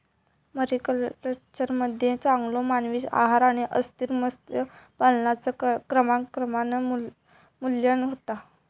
मरीकल्चरमध्ये चांगलो मानवी आहार आणि अस्थिर मत्स्य पालनाचा क्रमाक्रमान निर्मूलन होता